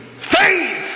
faith